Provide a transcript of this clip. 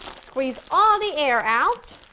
squeeze all the air out.